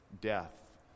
death